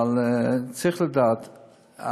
אבל צריך לדעת,